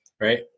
right